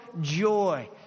joy